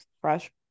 fresh